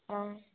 অঁ